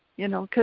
you know?